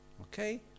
okay